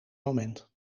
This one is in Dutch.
moment